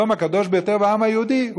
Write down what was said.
המקום הקדוש ביותר לעם היהודי,